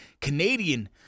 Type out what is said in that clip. Canadian